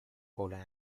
poland